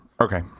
Okay